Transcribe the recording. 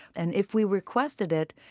and if we requested it,